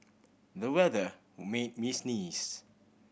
the weather made me sneeze